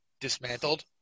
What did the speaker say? dismantled